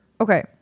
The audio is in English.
Okay